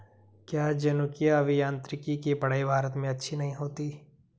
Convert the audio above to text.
क्या जनुकीय अभियांत्रिकी की पढ़ाई भारत में अच्छी नहीं होती?